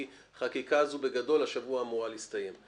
כי החקיקה הזו אמורה להסתיים השבוע,